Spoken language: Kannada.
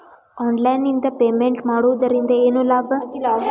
ಆನ್ಲೈನ್ ನಿಂದ ಪೇಮೆಂಟ್ ಮಾಡುವುದರಿಂದ ಏನು ಲಾಭ?